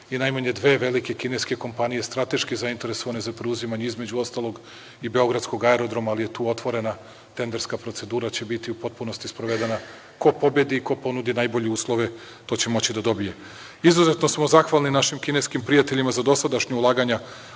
i najmanje dve velike kineske kompanije strateški zainteresovane za preuzimanje između ostalog i Beogradskog aerodroma, ali je tu otvorena tenderska procedura i ona će biti u potpunosti sprovedena. Ko pobedi i ponudi najbolje uslove, to će moći da dobije. Izuzetno smo zahvalni našim kineskim partnerima za dosadašnja ulaganja